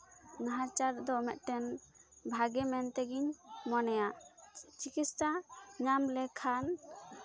ᱱᱟᱦᱟᱪᱟᱨ ᱫᱚ ᱢᱤᱫᱴᱮᱱ ᱵᱷᱟᱜᱮ ᱢᱮᱱ ᱛᱮᱜᱤᱧ ᱢᱚᱱᱮᱭᱟ ᱪᱤᱠᱤᱛᱥᱟ ᱧᱟᱢ ᱞᱮᱠᱷᱟᱱ